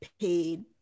paid